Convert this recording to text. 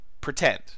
pretend